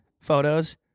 photos